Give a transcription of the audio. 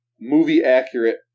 movie-accurate